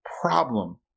problem